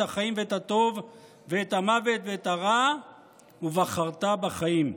החיים ואת הטוב ואת המוֶת ואת הרע"; "ובחרת בחיים",